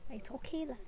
ah it's okay lah